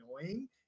annoying